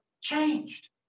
changed